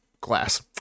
Glass